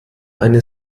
eine